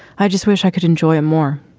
i just wish i could enjoy a more